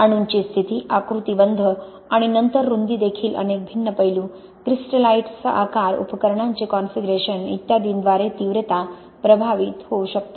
अणूंची स्थिती आकृतिबंध आणि नंतर रुंदी देखील अनेक भिन्न पैलू क्रिस्टलाइट्सचा आकार उपकरणांचे कॉन्फिगरेशन इत्यादींद्वारे तीव्रता प्रभावित होऊ शकते